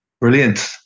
brilliant